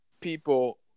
people